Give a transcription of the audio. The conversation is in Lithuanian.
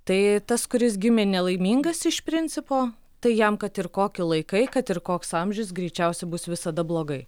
tai tas kuris gimė nelaimingas iš principo tai jam kad ir koki laikai kad ir koks amžius greičiausiai bus visada blogai